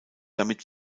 damit